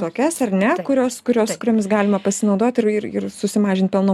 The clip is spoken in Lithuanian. tokios ar ne kurios kurios kuriomis galima pasinaudoti ir ir susimažint pelno